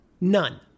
None